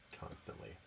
constantly